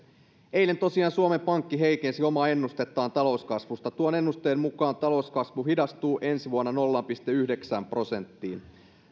eilen tosiaan suomen pankki heikensi omaa ennustettaan talouskasvusta tuon ennusteen mukaan talouskasvu hidastuu ensi vuonna nolla pilkku yhdeksään prosenttiin